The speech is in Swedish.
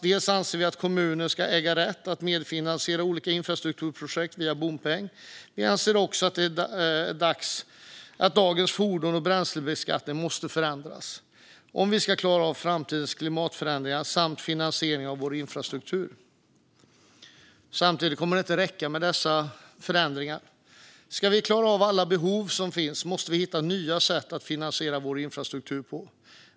Dels anser vi att kommuner ska äga rätt att medfinansiera olika infrastrukturprojekt via bompeng. Vi anser också att dagens fordons och bränslebeskattning måste förändras om vi ska klara av framtidens klimatförändringar samt finansiering av vår infrastruktur. Samtidigt kommer det inte räcka med dessa förändringar. Ska vi klara av alla de behov som finns måste vi hitta nya sätt att finansiera vår infrastruktur.